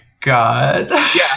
God